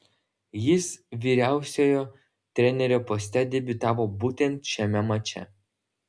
jis vyriausiojo trenerio poste debiutavo būtent šiame mače